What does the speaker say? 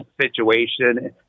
situation